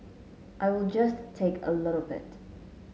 I will just take a little bit